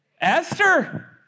Esther